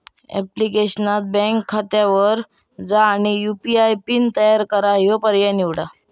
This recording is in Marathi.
ऍप्लिकेशनात बँक खात्यावर जा आणि यू.पी.आय पिन तयार करा ह्यो पर्याय निवडा